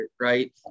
right